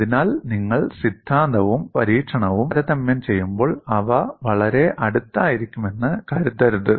അതിനാൽ നിങ്ങൾ സിദ്ധാന്തവും പരീക്ഷണവും താരതമ്യം ചെയ്യുമ്പോൾ അവ വളരെ അടുത്തായിരിക്കുമെന്ന് കരുതരുത്